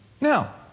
Now